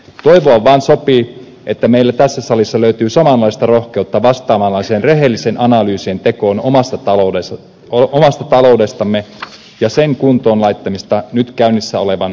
toivoa vaan sopii että meillä tässä salissa löytyy samanlaista rohkeutta vastaavanlaisten rehellisten analyysien tekoon omasta ta loudestamme ja sen kuntoon laittamisesta nyt käynnissä olevan vaalikauden aikana